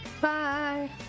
bye